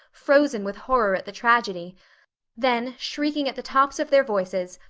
frozen with horror at the tragedy then, shrieking at the tops of their voices,